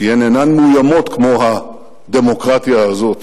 כי הן אינן מאוימות כמו הדמוקרטיה הזאת.